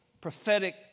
prophetic